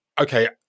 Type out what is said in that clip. okay